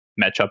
matchup